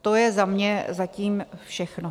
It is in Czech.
To je za mě zatím všechno.